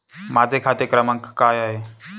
माझा खाते क्रमांक काय आहे?